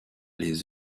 les